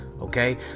Okay